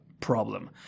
problem